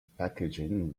packaging